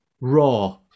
raw